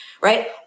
right